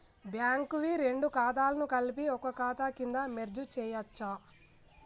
Bank వి రెండు ఖాతాలను కలిపి ఒక ఖాతా కింద మెర్జ్ చేయచ్చా?